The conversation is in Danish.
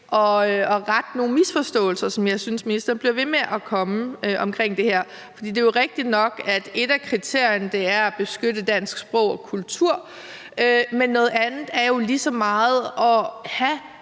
at rette nogle misforståelser, som jeg synes at ministeren bliver ved med at komme med i forhold til det her. For det er jo rigtigt nok, at et af kriterierne er at beskytte dansk sprog og kultur, men noget andet er jo, at det handler